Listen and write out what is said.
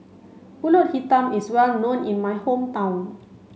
Pulut Hitam is well known in my hometown